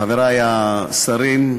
אדוני היושב-ראש, תודה, חברי השרים,